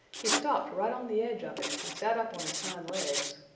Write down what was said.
he stopped right on the edge of it and sat up on his hind legs.